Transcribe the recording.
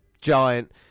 Giant